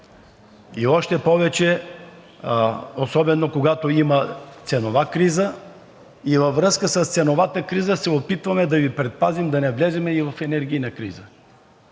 още повече, когато има ценова криза. И във връзка с ценовата криза се опитваме да Ви предпазим, за да не влезем и в енергийна криза.